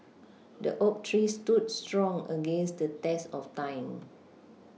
the oak tree stood strong against the test of time